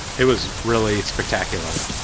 it was really spectacular.